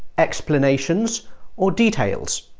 explanations or details.